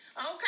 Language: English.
Okay